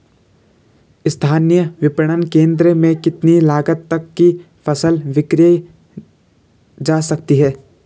स्थानीय विपणन केंद्र में कितनी लागत तक कि फसल विक्रय जा सकती है?